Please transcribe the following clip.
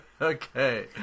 Okay